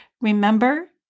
Remember